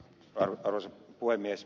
arvoisa puhemies